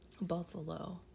buffalo